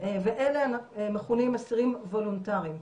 ואלה מכונים אסירים וולונטריים.